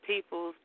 People